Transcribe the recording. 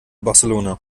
barcelona